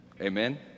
Amen